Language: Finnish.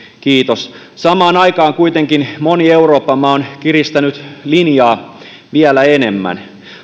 kiitos samaan aikaan kuitenkin moni euroopan maa on kiristänyt linjaa vielä enemmän